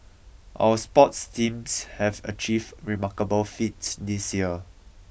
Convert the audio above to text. our sports teams have achieved remarkable feats this year